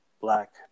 Black